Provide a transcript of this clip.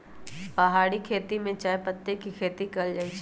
पहारि खेती में चायपत्ती के खेती कएल जाइ छै